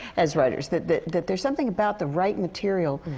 as writers. that that that there's something about the right material,